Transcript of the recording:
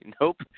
Nope